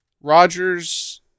Rogers